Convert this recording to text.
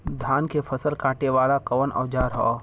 धान के फसल कांटे वाला कवन औजार ह?